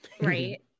right